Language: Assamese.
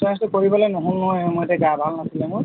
ইঞ্চুৰেঞ্চটো কৰিবলৈ নহ'ল নহয় সেই সময়তে গা ভাল নাছিলে মোৰ